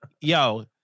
yo